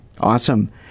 Awesome